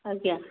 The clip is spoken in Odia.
ଆଜ୍ଞା